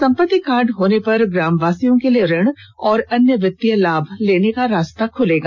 संपत्ति कार्ड होने पर ग्रामवासियों के लिए ऋण और अन्य वित्तीय लाभ लेने का रास्ता खुलेगा